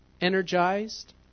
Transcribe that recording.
Energized